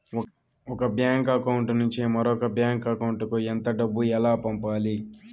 ఒక bank account నుంచి మరొక బ్యాంకు అకౌంట్ కు ఎంత డబ్బు ఎలా పంపాలి